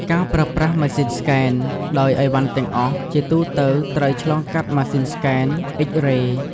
ការប្រើប្រាស់ម៉ាស៊ីនស្កេន ដោយឥវ៉ាន់ទាំងអស់ជាទូទៅត្រូវឆ្លងកាត់ម៉ាស៊ីនស្កេន X-ray។